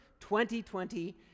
2020